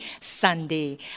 Sunday